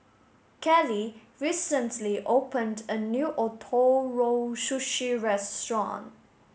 Kalie recently opened a new Ootoro Sushi restaurant